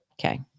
Okay